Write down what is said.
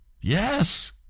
Yes